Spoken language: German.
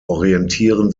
orientieren